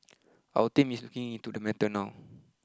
our team is looking into the matter now